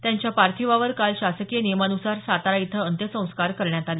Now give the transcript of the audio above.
त्यांच्या पार्थिवावर काल शासकीय नियमान्सार सातारा इथं अंत्यसंस्कार करण्यात आले